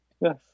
yes